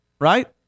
right